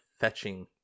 fetching